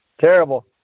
Terrible